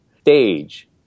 stage